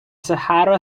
sahara